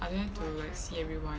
I didn't have to like see everyone